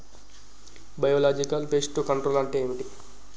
Biological pest control అంటే ఏమిటి?